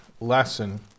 lesson